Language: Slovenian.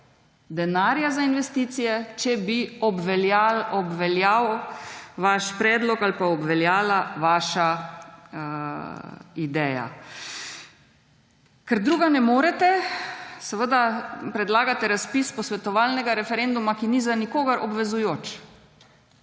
denarja za investicije, če bi obveljal vaš predlog ali pa obveljala vaša ideja. Ker drugega ne morete, seveda predlagate razpis posvetovalnega referenduma, ki ni za nikogar obvezujoč,